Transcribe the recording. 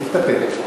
נסתפק.